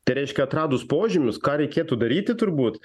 tai reiškia atradus požymius ką reikėtų daryti turbūt